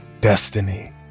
destiny